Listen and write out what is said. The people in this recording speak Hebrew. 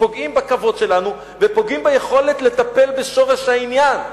פוגעים בכבוד שלנו ופוגעים ביכולת לטפל בשורש העניין?